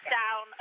down